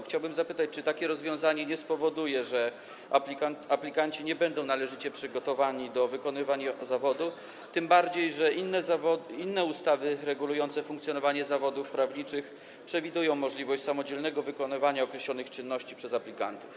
Chciałbym zapytać, czy takie rozwiązanie nie spowoduje, że aplikanci nie będą należycie przygotowani do wykonywania zawodu, tym bardziej że inne ustawy regulujące funkcjonowanie zawodów prawniczych przewidują możliwość samodzielnego wykonywania określonych czynności przez aplikantów.